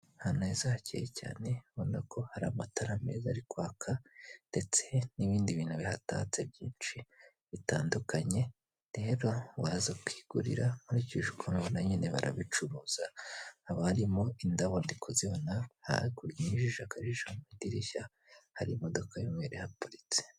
Ahantu heza hakeye cyane ubona ko hari amatara meza ari kwaka, ndetse n'ibindi bintu bihatatse byinshi bitandukanye rero waza ukigurira nkurikije ukuntu mbona nyine barabicuruza haba harimo indabo ndi kuzibona nyujije akajisho mu idirishya hari imodoka y'mweru ihaparitse.